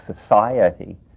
society